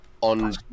On